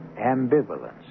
Ambivalence